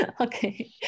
Okay